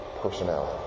personality